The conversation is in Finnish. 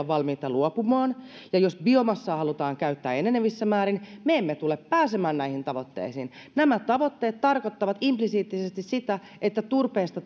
valmiita luopumaan ja jos biomassaa halutaan käyttää enenevissä määrin me emme tule pääsemään näihin tavoitteisiin nämä tavoitteet tarkoittavat implisiittisesti sitä että turpeesta